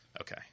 okay